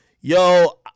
Yo